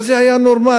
אבל זה היה נורמלי.